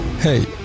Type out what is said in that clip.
hey